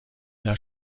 der